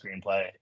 screenplay